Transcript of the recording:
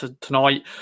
tonight